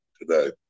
today